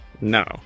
No